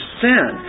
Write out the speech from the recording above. sin